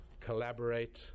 collaborate